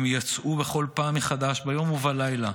הם יצאו בכל פעם מחדש, ביום ובלילה,